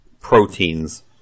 proteins